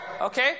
okay